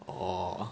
orh